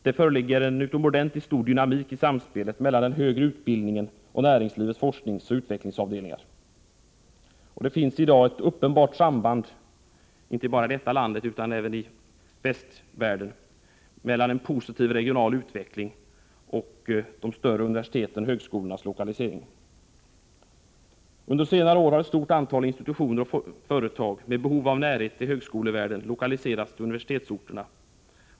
Det ligger en utomordentligt stor dynamik i samspelet mellan den högre utbildningen och näringslivets forskningsoch utvecklingsavdelningar. Det föreligger i dag ett uppenbart samband inte bara i vårt land utan i hela Västeuropa mellan en positiv regional utveckling och de större universitetens och högskolornas lokalisering. Under senare år har ett stort antal institutioner och företag med behov av närhet till högskolevärlden lokaliserats till universitetsorterna.